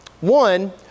One